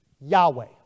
Yahweh